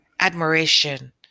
admiration